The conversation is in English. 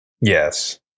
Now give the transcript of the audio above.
Yes